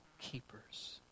keepers